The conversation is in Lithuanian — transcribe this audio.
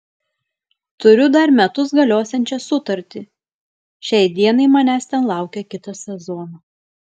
turiu dar metus galiosiančią sutartį šiai dienai manęs ten laukia kitą sezoną